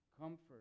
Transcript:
comfort